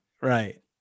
right